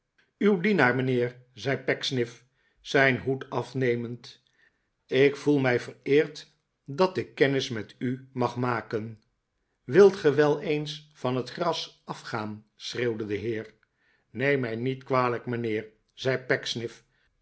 uw dienaar mijnheer zei pecksniff zijn hoed afnemend ik voel mij vereerd dat ik kennis met u mag maken wilt ge wel eens van het gras afgaan schreeuwde de heer neem mij niet kwalijk mijnheer zei